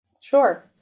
Sure